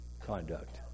conduct